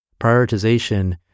Prioritization